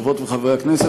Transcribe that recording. חברות וחברי הכנסת,